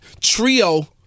trio